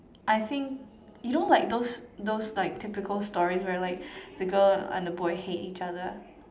I think you know like those those like typical stories where like the girl and the boy hate each other